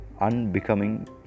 unbecoming